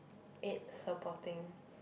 it supporting